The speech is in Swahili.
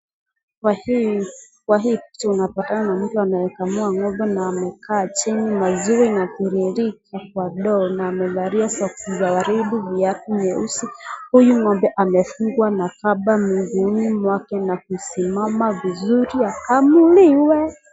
Kwa hii picha unapatana na mtu anayekamua ng'ombe na amekaa chini. Maziwa inatiririka kwa ndoo na amevaa socks za waridi, viatu nyeusi. Huyu ng'ombe amefungwa na kamba miguuni mwake na kusimama vizuri akamuliwe.